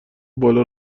بالا